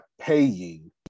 paying